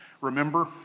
Remember